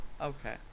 Okay